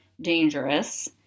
dangerous